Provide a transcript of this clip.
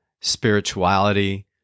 spirituality